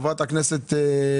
חברת הכנסת אימאן,